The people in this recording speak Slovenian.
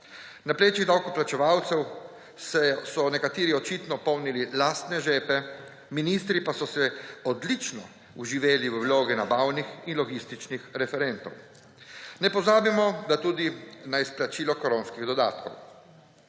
Na plečih davkoplačevalcev so nekateri očitno polnili lastne žepe, ministri pa so se odlično vživeli v vloge nabavnih in logističnih referentov. Ne pozabimo tudi na izplačilo koronskih dodatkov.